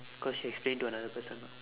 cause she explain to another person